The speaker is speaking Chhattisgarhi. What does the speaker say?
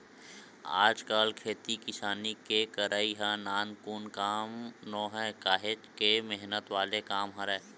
आजकल खेती किसानी के करई ह नानमुन काम नोहय काहेक मेहनत वाले काम हरय